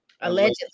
Allegedly